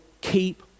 keep